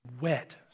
Wet